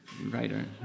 Writer